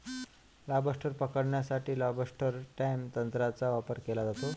lobster पकडण्यासाठी lobster trap तंत्राचा वापर केला जातो